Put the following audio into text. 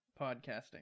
podcasting